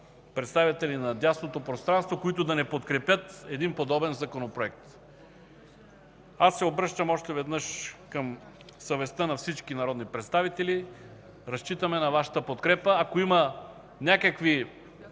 представители на дясното пространство, които да не подкрепят подобен законопроект. Обръщам се още веднъж към съвестта на всички народни представители. Разчитаме на Вашата подкрепа. Ако има някакви